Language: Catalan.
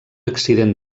accident